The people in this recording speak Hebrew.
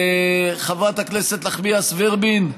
חברת הכנסת נחמיאס ורבין,